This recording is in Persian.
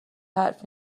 حرف